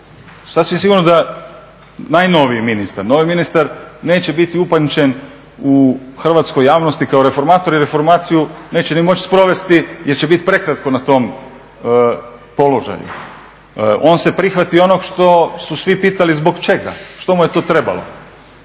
Sasvim sigurno da najnoviji ministar, novi ministar neće biti upamćen u hrvatskoj javnosti kao reformator jer reformaciju neće ni moći provesti jer će biti prekratko na tom položaju. On se prihvati onog što su svi pitali zbog čega, što mu je to trebalo,